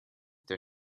der